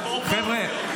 --- חבר'ה,